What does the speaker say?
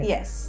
Yes